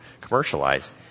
commercialized